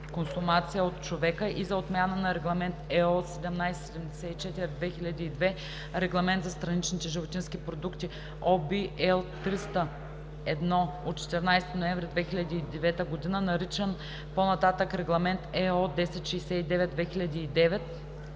консумация от човека, и за отмяна на Регламент (ЕО) № 1774/2002 (Регламент за страничните животински продукти) (ОВ, L 300/1 от 14 ноември 2009 г.), наричан по-нататък „Регламент (ЕО) № 1069/2009“,